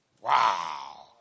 Wow